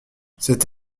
cette